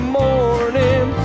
morning